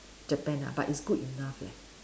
Japan ah but it's good enough leh